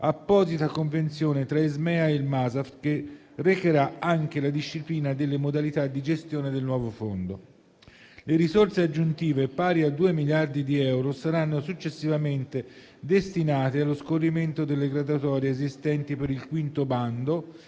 un'apposita convenzione tra l'Ismea e il MASAF, che recherà anche la disciplina delle modalità di gestione del nuovo Fondo. Le risorse aggiuntive, pari a due miliardi di euro, saranno successivamente destinate allo scorrimento delle graduatorie esistenti per il quinto bando